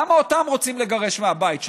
למה אותם רוצים לגרש מהבית שלהם?